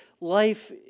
life